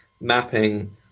mapping